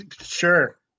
sure